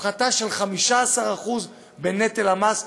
הפחתה של 15% בנטל המס.